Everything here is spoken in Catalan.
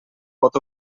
pot